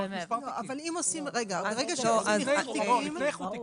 לפני איחוד תיקים.